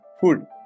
Food